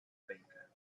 baker